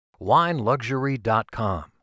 WineLuxury.com